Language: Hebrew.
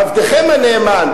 עבדכם הנאמן,